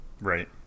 right